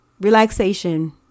relaxation